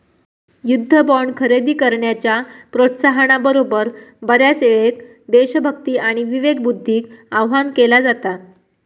युद्ध बॉण्ड खरेदी करण्याच्या प्रोत्साहना बरोबर, बऱ्याचयेळेक देशभक्ती आणि विवेकबुद्धीक आवाहन केला जाता